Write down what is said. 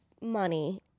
money